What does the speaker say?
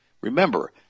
Remember